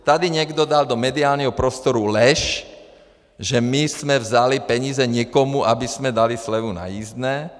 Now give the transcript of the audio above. Tady někdo dal do mediálního prostoru lež, že my jsme vzali peníze někomu, abychom dali slevu na jízdné.